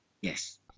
yes